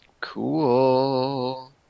Cool